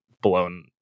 blown